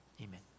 Amen